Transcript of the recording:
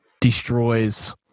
destroys